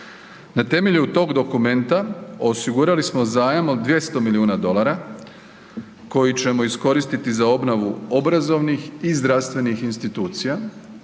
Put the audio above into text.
Na temelju tog dokumenta osigurali smo zajam od 200 milijuna dolara koji ćemo iskoristiti za obnovu obrazovnih i zdravstvenih institucija.